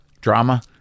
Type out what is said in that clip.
Drama